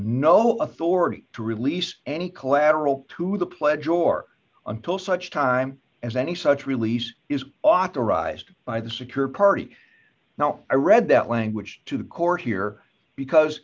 no authority to release any collateral to the pledge or until such time as any such release is authorized by the secured party now i read that language to the core here because